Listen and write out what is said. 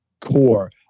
core